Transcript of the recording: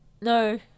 no